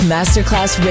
Masterclass